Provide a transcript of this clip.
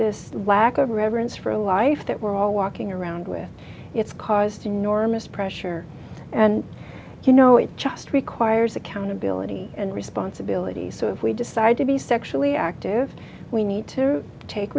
this lack of reverence for life that we're all walking around with its cars to enormous pressure and you know it just requires accountability and responsibility so if we decide to be sexually active we need to take